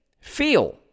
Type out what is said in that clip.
feel